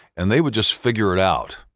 and they would just figure it out.